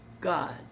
God